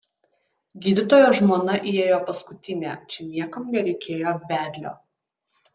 gydytojo žmona įėjo paskutinė čia niekam nereikėjo vedlio